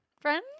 Friends